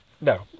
No